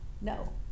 No